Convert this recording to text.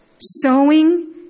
sowing